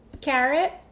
Carrot